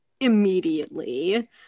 immediately